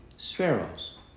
sparrows